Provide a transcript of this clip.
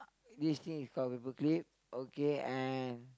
this thing is call paper clip okay and